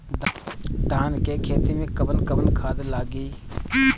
धान के खेती में कवन कवन खाद लागी?